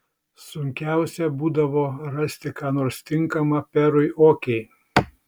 sunkiausia būdavo rasti ką nors tinkama perui okei